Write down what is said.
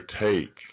take